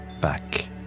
back